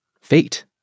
fate